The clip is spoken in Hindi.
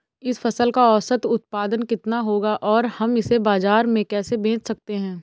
इस फसल का औसत उत्पादन कितना होगा और हम इसे बाजार में कैसे बेच सकते हैं?